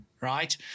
right